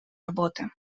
работы